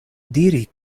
diri